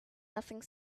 nothing